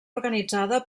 organitzada